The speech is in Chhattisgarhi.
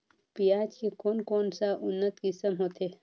पियाज के कोन कोन सा उन्नत किसम होथे?